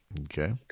Okay